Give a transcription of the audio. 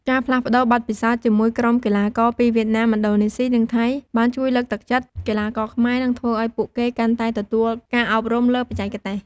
ការផ្លាស់ប្តូរបទពិសោធន៍ជាមួយក្រុមកីឡាករពីវៀតណាម ឥណ្ឌូនេស៊ី និងថៃ បានជួយលើកទឹកចិត្តកីឡាករខ្មែរ និងធ្វើឲ្យពួកគេកាន់តែទទួលការអប់រំលើបច្ចេកទេស។